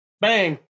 Bang